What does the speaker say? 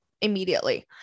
Immediately